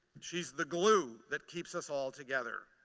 she's the glue that keeps us all together.